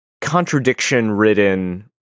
contradiction-ridden